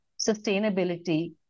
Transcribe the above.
sustainability